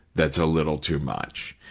that's a little too much.